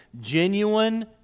genuine